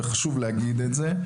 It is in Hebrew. וחשוב להגיד את זה: